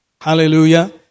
Hallelujah